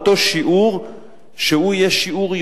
אותו שיעור,